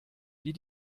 die